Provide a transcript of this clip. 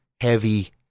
heavy